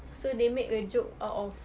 so they make a joke out of